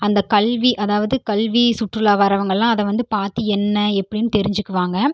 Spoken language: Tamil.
அந்த கல்வி அதாவது கல்வி சுற்றுலா வரவங்களாம் அதை வந்து பார்த்து என்ன எப்படி தெரிஞ்சுக்குவாங்க